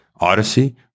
Odyssey